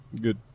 Good